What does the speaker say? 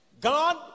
God